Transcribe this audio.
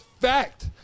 fact